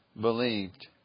believed